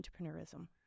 entrepreneurism